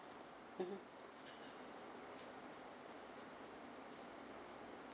mmhmm